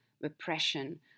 repression